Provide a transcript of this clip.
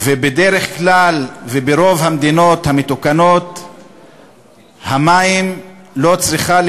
ובדרך כלל וברוב המדינות המתוקנות המים אינם הדאגה של